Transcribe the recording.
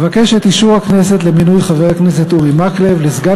אבקש את אישור הכנסת למינוי חבר הכנסת אורי מקלב לסגן